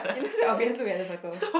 isn't it obvious look at the circle